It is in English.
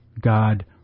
God